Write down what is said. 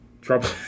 trouble